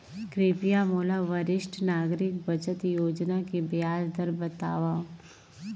कृपया मोला वरिष्ठ नागरिक बचत योजना के ब्याज दर बतावव